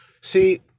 See